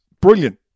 brilliant